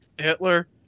Hitler